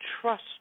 trust